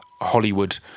Hollywood